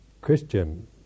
Christian